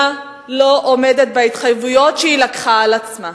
לא עומדת בהתחייבויות שהיא לקחה על עצמה.